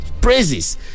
praises